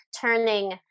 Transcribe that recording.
turning